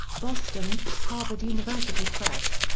boston harvard university press.